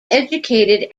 educated